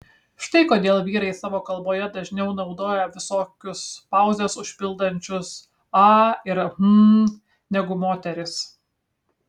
štai kodėl vyrai savo kalboje dažniau naudoja visokius pauzes užpildančius a ir hm negu moterys